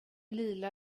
lila